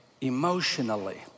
emotionally